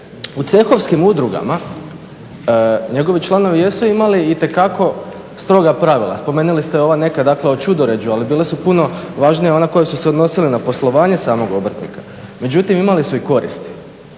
u cehovskim udrugama njegovi članovi jesu imali itekako stroga pravila, spomenuli ste ova neka o ćudoređu ali bila su puno važnija ona koja su se odnosila na poslovanje samog obrtnika, međutim imali su i koristi